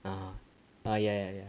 ah ah ya ya ya